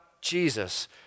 Jesus